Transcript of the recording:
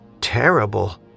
Terrible